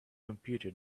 computer